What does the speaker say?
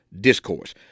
discourse